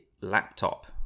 laptop